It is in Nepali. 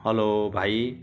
हल्लो भाइ